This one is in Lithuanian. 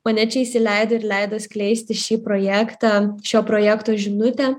mane čia įsileido ir leido skleisti šį projektą šio projekto žinutę